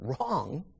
wrong